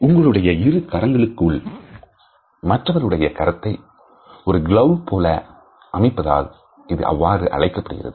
உங்களுடைய இரு கரங்களுக்குள் மற்றவர்களுடைய கரத்தை ஒரு கிலோவ் போல அமைப்பதால் இது அவ்வாறு அழைக்கப்படுகிறது